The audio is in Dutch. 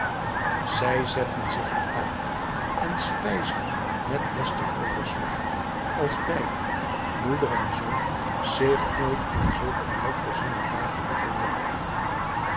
zij zetten zich aan tafel en spijsden met des te grooter smaak als beiden moeder en zoon zich nooit aan zulk een welvoorziene tafel bevonden hadden